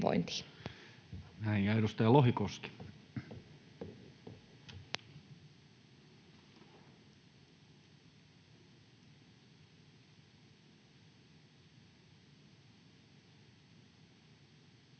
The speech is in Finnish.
— Ja edustaja Lohikoski.